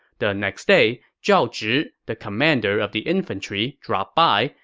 the next day, zhao zhi, the commander of the infantry, dropped by,